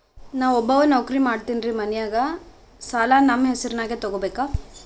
ನಾ ಒಬ್ಬವ ನೌಕ್ರಿ ಮಾಡತೆನ್ರಿ ಮನ್ಯಗ ಸಾಲಾ ನಮ್ ಹೆಸ್ರನ್ಯಾಗ ತೊಗೊಬೇಕ?